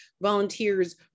volunteers